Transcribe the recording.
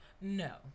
No